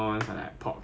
ya it's quite nonsense